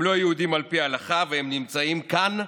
הם לא יהודים על פי ההלכה והם נמצאים כאן,